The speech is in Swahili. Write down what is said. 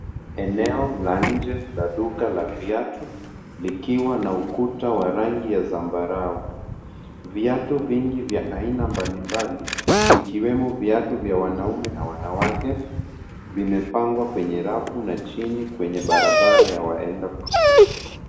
Eneo la nje la duka la viatu, likiwa na ukuta wa rangi ya zambarau. Viatu vingi vya aina mbalimbali ikiwemo viatu vya wanaume na wanawake, vimepangwa kwenye rafu na chini kwenye barabara ya waenda kwa miguu.